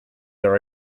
are